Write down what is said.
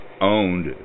owned